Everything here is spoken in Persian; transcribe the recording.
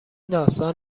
داستان